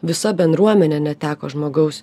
visa bendruomenė neteko žmogaus